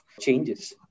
changes